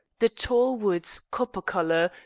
the tall woods copper-colour,